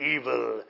evil